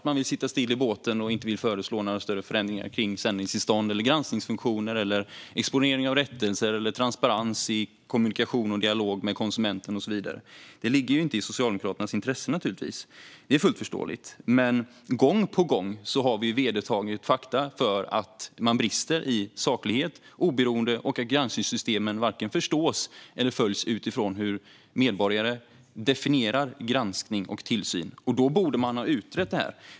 Man vill sitta stilla i båten och vill inte föreslå några större förändringar kring sändningstillstånd, granskningsfunktioner, exponering av rättelser, transparens i kommunikation och dialog med konsumenten och så vidare. Det ligger naturligtvis inte i Socialdemokraternas intresse. Det är fullt förståeligt. Men gång på gång har vi sett fakta om att man brister i saklighet och oberoende. Granskningssystemen förstås inte, och de följs inte utifrån hur medborgare definierar granskning och tillsyn. Då borde man ha utrett detta.